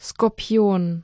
Skorpion